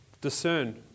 Discern